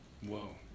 Whoa